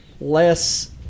less